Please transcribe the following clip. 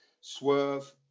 Swerve